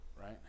right